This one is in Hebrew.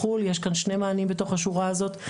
יש כאן שמי מענים בתוך השורה הזאת.